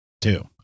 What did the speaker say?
two